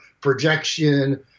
projection